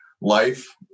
Life